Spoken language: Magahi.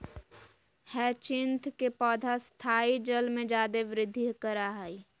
ह्यचीन्थ के पौधा स्थायी जल में जादे वृद्धि करा हइ